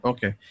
Okay